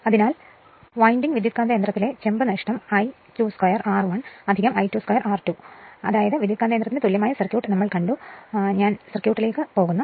അതിനാൽ 2 വിൻഡിംഗ് ട്രാൻസ്ഫോർമറിലെ ചെമ്പ് നഷ്ടം I2 2 R1 I2 2 R2 ആണ് അതായത് ട്രാൻസ്ഫോർമറിന് തുല്യമായ സർക്യൂട്ട് നമ്മൾ കണ്ടു ഇനി ഞാൻ 1 സർക്യൂട്ടിലേക്ക് പോകുന്നു